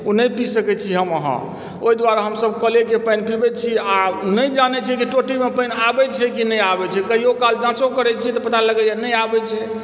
ओ नहि पी सकैत छी हम अहाँ ओहि दुआरे हमसभ कलेके पानि पिबय छी आ नहि जानय छी कि टोटीमे पानि आबय छै कि नहि आबय छै कहिओकाल जाँचो करय छी तऽ पता लगयए नहि आबय छै